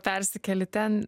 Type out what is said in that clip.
persikėli ten